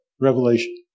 Revelation